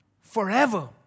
forever